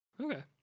Okay